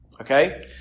Okay